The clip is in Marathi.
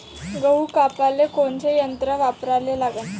गहू कापाले कोनचं यंत्र वापराले लागन?